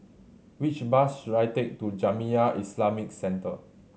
which bus should I take to Jamiyah Islamic Centre